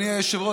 היושב-ראש,